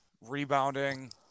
rebounding